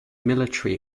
military